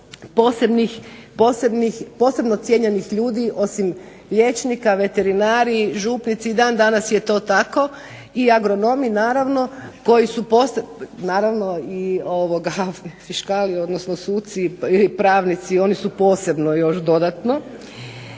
posebno cijenjenih ljudi. Osim liječnika veterinari, župnici i dan danas je to tako i agronomi naravno i fiškali i suci i pravnici oni su posebno još dodatno.